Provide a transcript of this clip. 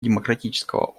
демократического